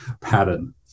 pattern